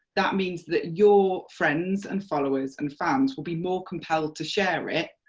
that means that your friends and followers and fans will be more compelled to share it,